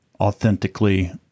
authentically